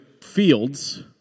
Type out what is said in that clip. fields